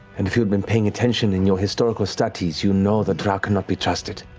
and if you had been paying attention in your historical studies, you know the drow cannot be trusted.